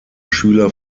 schüler